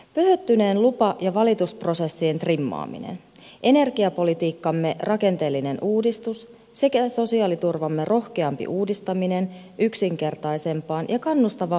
pöhöttyneiden lupa ja valitusprosessien trimmaaminen energiapolitiikkamme rakenteellinen uudistus sekä sosiaaliturvamme rohkeampi uudistaminen yksinkertaisempaan ja kannustavampaan suuntaan